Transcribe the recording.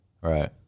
Right